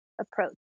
approach